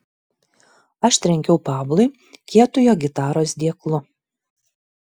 aš trenkiau pablui kietu jo gitaros dėklu